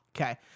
Okay